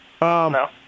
No